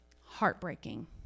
heartbreaking